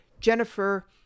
Jennifer